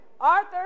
Arthur